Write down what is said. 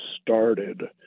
started